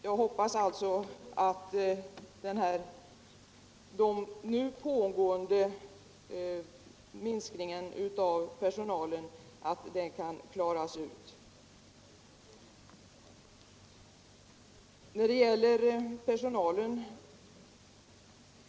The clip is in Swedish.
Jag hoppas därför att den minskning av personalen som nu pågår kommer att klaras upp.